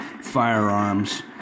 firearms